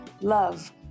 Love